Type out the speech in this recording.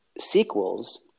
sequels